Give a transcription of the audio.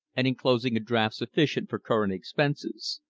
and inclosing a draft sufficient for current expenses.